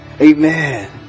Amen